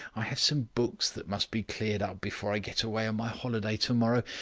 i have some books that must be cleared up before i get away on my holiday tomorrow.